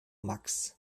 max